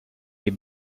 les